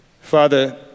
Father